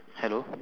hello